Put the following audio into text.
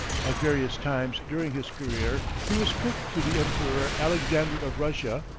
at various times during his career he was cook to the emperor alexander of russia,